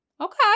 Okay